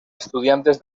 estudiantes